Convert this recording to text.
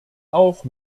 auch